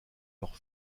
leurs